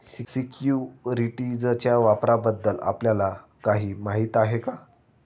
सिक्युरिटीजच्या व्यापाराबद्दल आपल्याला काही माहिती आहे का?